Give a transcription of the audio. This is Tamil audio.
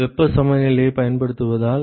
வெப்ப சமநிலையைப் பயன்படுத்துவதால்